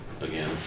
again